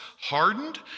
hardened